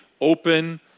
open